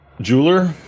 Jeweler